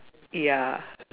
ya